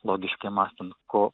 logiškai mąstant ko